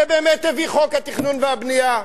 ובאמת הביא את חוק התכנון והבנייה.